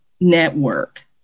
Network